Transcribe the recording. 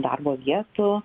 darbo vietų